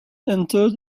entered